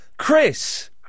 Chris